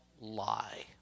lie